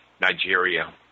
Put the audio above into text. Nigeria